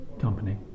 company